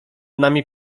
nami